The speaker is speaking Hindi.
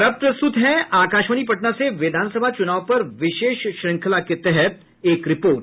और अब प्रस्तुत है आकाशवाणी पटना से विधान सभा चुनाव पर विशेष श्रंखला के तहत एक रिपोर्ट